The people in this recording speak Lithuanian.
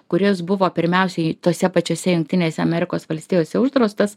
kuris buvo pirmiausiai tose pačiose jungtinėse amerikos valstijose uždraustas